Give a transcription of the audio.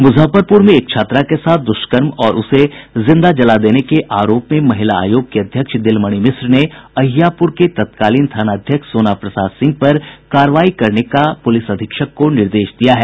मुजफ्फरपुर में एक छात्रा के साथ द्वष्कर्म और उसे जिंदा जला देने के आरोप में महिला आयोग की अध्यक्ष दिलमणि मिश्र ने अहियापुर के तत्कालीन थानाध्यक्ष सोना प्रसाद सिंह पर कार्रवाई करने का पुलिस अधीक्षक को निर्देश दिया है